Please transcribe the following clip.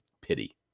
pity